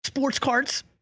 sports cards,